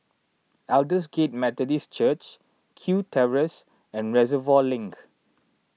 Aldersgate Methodist Church Kew Terrace and Reservoir Link